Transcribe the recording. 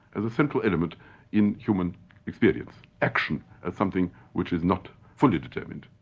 as a central element in human experience. action as something which is not fully determined.